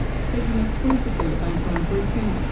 speaking exclusively to background briefing,